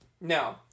No